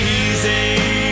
easy